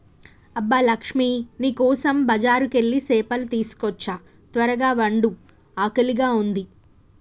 అబ్బ లక్ష్మీ నీ కోసం బజారుకెళ్ళి సేపలు తీసుకోచ్చా త్వరగ వండు ఆకలిగా ఉంది